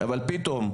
אבל פתאום,